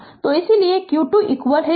तो इसलिए q 2 0